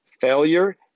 failure